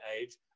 age